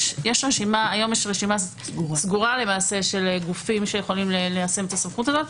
היום יש רשימה סגורה למעשה של גופים שיכולים ליישם את הסמכות הזאת,